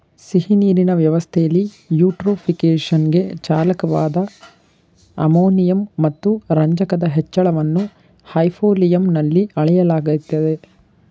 ಸಿಹಿನೀರಿನ ವ್ಯವಸ್ಥೆಲಿ ಯೂಟ್ರೋಫಿಕೇಶನ್ಗೆ ಚಾಲಕವಾದ ಅಮೋನಿಯಂ ಮತ್ತು ರಂಜಕದ ಹೆಚ್ಚಳವನ್ನು ಹೈಪೋಲಿಯಂನಲ್ಲಿ ಅಳೆಯಲಾಗ್ತದೆ